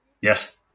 Yes